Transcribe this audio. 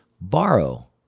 borrow